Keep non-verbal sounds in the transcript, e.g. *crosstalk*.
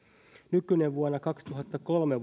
nykyinen vuonna kaksituhattakolme *unintelligible*